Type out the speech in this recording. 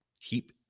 keep